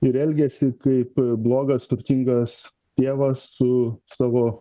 ir elgiasi kaip blogas turtingas tėvas su savo